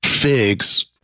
figs